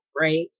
right